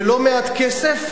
זה לא מעט כסף,